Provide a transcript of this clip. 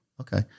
Okay